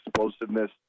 explosiveness